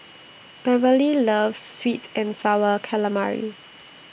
Beverley loves Sweet and Sour Calamari